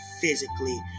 physically